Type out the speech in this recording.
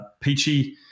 Peachy